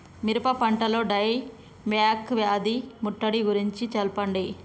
మిరప పంటలో die back వ్యాధి ముట్టడి గురించి తెల్పండి?